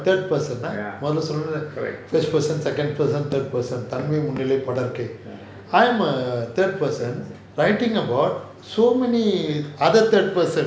third person ah மொதல்ல சொன்னேன்ல:mothala sonaenla first person second person third person tamil முன்னிலை படர்கே:munnilai padarkae I'm a third person writing about so many other third person